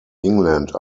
england